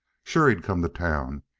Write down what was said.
sure he'd come to town.